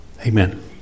Amen